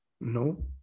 No